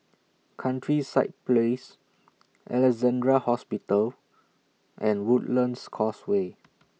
Countryside Place Alexandra Hospital and Woodlands Causeway